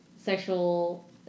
sexual